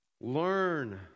learn